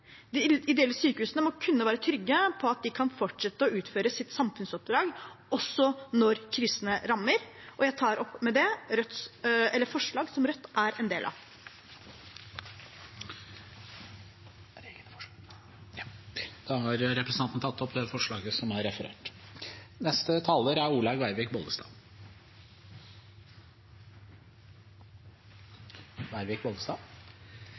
De ideelle sykehusene må kunne være trygge på at de kan fortsette å utføre sitt samfunnsoppdrag, også når krisene rammer. Med det tar jeg opp forslaget som Rødt er en del av. Representanten Seher Aydar har tatt opp det forslaget hun refererte til. Ideelle sykehus er ikke bare et bidrag til det offentlige. De er